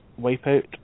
Wipeout